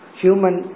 human